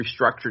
restructured